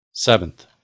Seventh